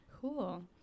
Cool